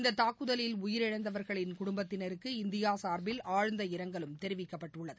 இந்த தாக்குதலில் உயிரிழந்தவர்களின் குடும்பத்தினருக்கு இந்தியா சார்பில் ஆழ்ந்த இரங்கலும் தெரிவிக்கப்பட்டுள்ளது